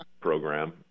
program